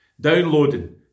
Downloading